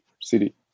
City